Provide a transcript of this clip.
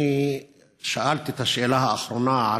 שאלתי את השאלה האחרונה,